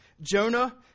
Jonah